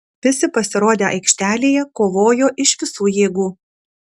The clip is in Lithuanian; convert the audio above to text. visi pasirodę aikštelėje kovojo iš visų jėgų